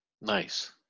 Nice